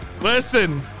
Listen